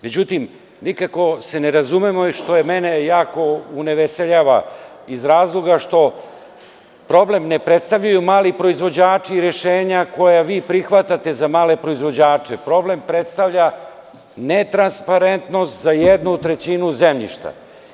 Međutim, nikako se ne razumemo što mene jako uneveseljava iz razloga što problem ne predstavljaju mali proizvođači i rešenja koja vi prihvatate za male proizvođače, problem predstavalja ne transparentnost za jednu trećinu zemljišta.